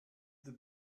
the